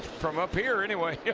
from up here, anyway.